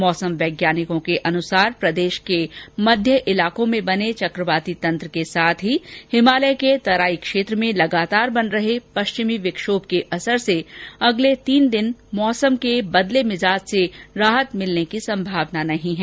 मौसम वैज्ञानिकों के अनुसार प्रदेश के मध्य इलाकों में बने चकवाती तंत्र के साथ हिमालय के तराई क्षेत्र में लगातार बन रहे पश्चिमी विक्षोभ के असर से अगले तीन दिन मौसम के बदले मिजाज से राहत मिलने की संभावना नहीं है